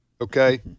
Okay